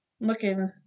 Looking